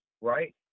right